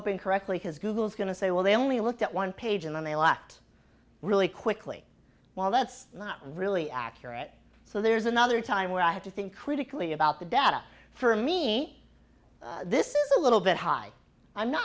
up in correctly because google's going to say well they only looked at one page and then they laughed really quickly while that's not really accurate so there's another time where i have to think critically about the data for me this is a little bit high i'm not